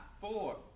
four